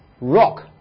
rock